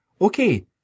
Okay